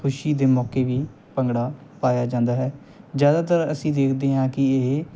ਖੁਸ਼ੀ ਦੇ ਮੌਕੇ ਵੀ ਭੰਗੜਾ ਪਾਇਆ ਜਾਂਦਾ ਹੈ ਜ਼ਿਆਦਾਤਰ ਅਸੀਂ ਦੇਖਦੇ ਹਾਂ ਕਿ ਇਹ